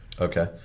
okay